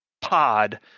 pod